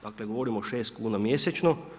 Dakle govorimo o 6 kuna mjesečno.